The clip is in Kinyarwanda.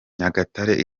nyagatare